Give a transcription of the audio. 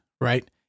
right